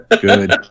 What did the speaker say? Good